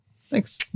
Thanks